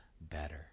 better